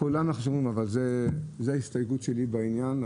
זו ההסתייגות שלי בעניין,